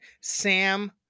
Sam